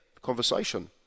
conversation